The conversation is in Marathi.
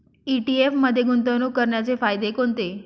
ई.टी.एफ मध्ये गुंतवणूक करण्याचे फायदे कोणते?